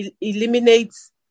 eliminates